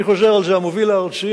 אני חוזר על זה: המוביל הארצי,